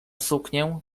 suknię